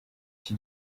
iki